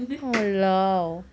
!walao!